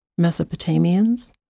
Mesopotamians